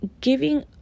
giving